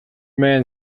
man